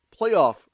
playoff